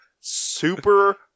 Super